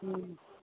हूँ